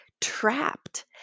trapped